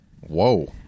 Whoa